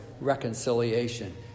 reconciliation